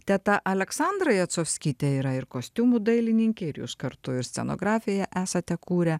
teta aleksandra jacovskytė yra ir kostiumų dailininkė ir jūs kartu ir scenografiją esate kūrę